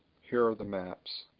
here are the maps.